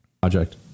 Project